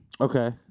Okay